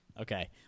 Okay